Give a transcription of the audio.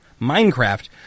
Minecraft